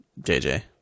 jj